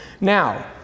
Now